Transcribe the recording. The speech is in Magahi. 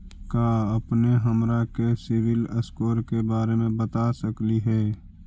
का अपने हमरा के सिबिल स्कोर के बारे मे बता सकली हे?